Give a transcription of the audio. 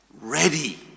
ready